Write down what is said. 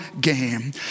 game